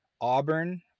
Auburn